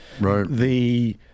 Right